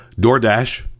DoorDash